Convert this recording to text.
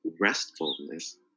restfulness